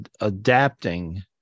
adapting